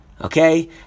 okay